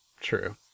True